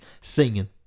Singing